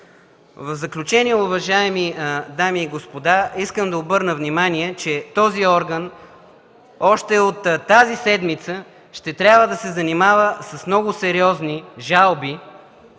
В заключение, уважаеми дами и господа, искам да обърна внимание, че този орган още от тази седмица ще трябва да се занимава с много сериозни жалби